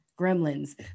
gremlins